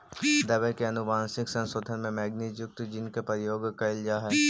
rubber के आनुवंशिक संशोधन में मैगनीज युक्त जीन के प्रयोग कैइल जा हई